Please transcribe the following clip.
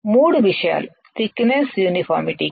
3 విషయాలు thickness uniformity కి